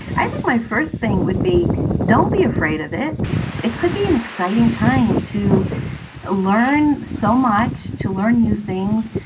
i think my first thing would be don't be afraid of it it could be an exciting time to learn so much, to learn new things.